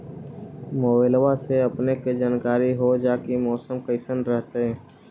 मोबाईलबा से अपने के जानकारी हो जा है की मौसमा कैसन रहतय?